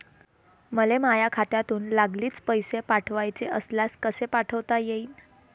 मले माह्या खात्यातून लागलीच पैसे पाठवाचे असल्यास कसे पाठोता यीन?